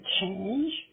change